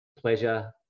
pleasure